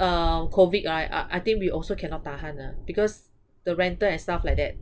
uh COVID right I I think we also cannot tahan ah because the rental and stuff like that